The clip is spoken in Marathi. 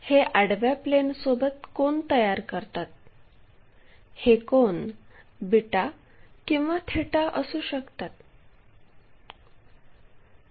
हे आडव्या प्लेनसोबत कोन तयार करतात हे कोन बीटा किंवा थीटा असू शकतात